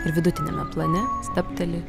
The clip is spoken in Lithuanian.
ir vidutiniame plane stabteli